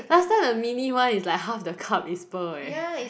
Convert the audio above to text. last time the mini one is like half the cup is pearl eh